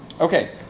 Okay